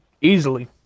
Easily